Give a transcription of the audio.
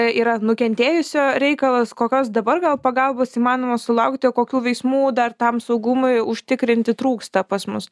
yra nukentėjusio reikalas kokios dabar gal pagalbos įmanoma sulaukti kokių veiksmų dar tam saugumui užtikrinti trūksta pas mus